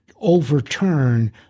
overturn